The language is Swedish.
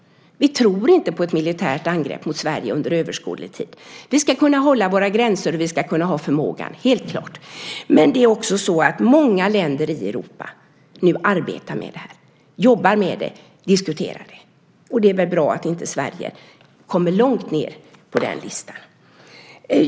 Vi tror inte på ett militärt angrepp mot Sverige under överskådlig tid. Vi ska kunna hålla våra gränser och kunna ha förmågan, helt klart. Men det är också så att många länder i Europa nu diskuterar och jobbar med detta, och det är väl bra om inte Sverige kommer långt ned på den listan.